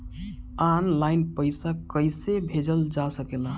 आन line पईसा कईसे भेजल जा सेकला?